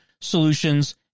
solutions